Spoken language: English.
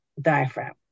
diaphragm